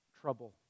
Trouble